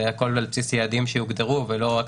והכול על בסיס יעדים שיוגדרו ולא רק